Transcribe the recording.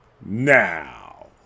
Now